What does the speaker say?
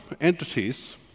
entities